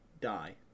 die